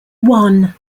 one